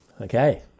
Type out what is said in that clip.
Okay